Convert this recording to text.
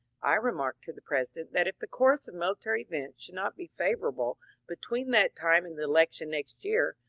i remarked to the president that if the course of military events should not be favourable between that time and the election next year,